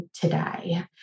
today